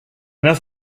enough